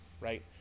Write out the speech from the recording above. right